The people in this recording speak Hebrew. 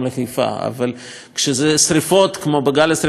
אבל כשיש שרפות כמו בגל השרפות האחרון,